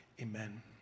Amen